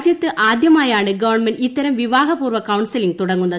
രാജൃത്ത് ആദ്യമായാണ് ഗവൺമന്റ് ഇത്തരം വിവാഹപൂർവ്വ കൌൺസലിംഗ് തുടങ്ങുന്നത്